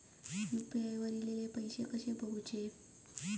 UPI वर ईलेले पैसे कसे बघायचे?